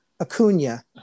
Acuna